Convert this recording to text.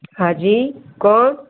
હાજી કોણ